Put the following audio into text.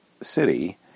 City